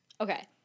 Okay